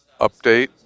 Update